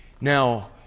Now